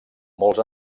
molts